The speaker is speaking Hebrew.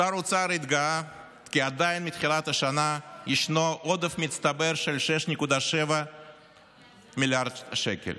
שר האוצר התגאה כי עדיין מתחילת השנה יש עודף מצטבר של 6.7 מיליארד שקל,